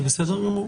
זה בסדר גמור.